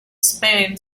spain